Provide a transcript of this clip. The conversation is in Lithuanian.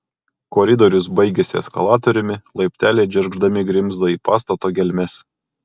koridorius baigėsi eskalatoriumi laipteliai džergždami grimzdo į pastato gelmes